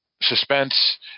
suspense